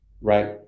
Right